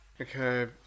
Okay